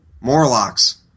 Morlocks